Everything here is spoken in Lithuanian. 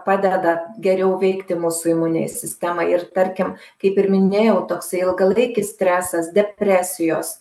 padeda geriau veikti mūsų imuninei sistemai ir tarkim kaip ir minėjau toksai ilgalaikis stresas depresijos